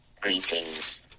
Greetings